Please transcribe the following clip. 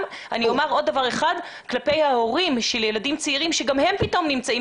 גם כלפי ההורים של ילדים צעירים שגם הם פתאום נמצאים